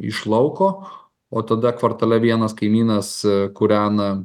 iš lauko o tada kvartale vienas kaimynas kūrena